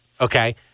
Okay